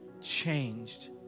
changed